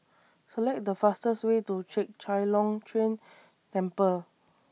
Select The fastest Way to Chek Chai Long Chuen Temple